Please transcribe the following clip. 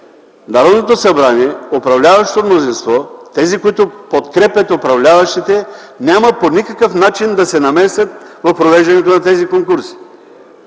Народното събрание, управляващото мнозинство, тези, които подкрепят управляващите, по никакъв начин няма да се намесят в провеждането на тези конкурси.